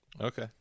okay